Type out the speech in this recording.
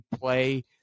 play